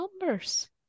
numbers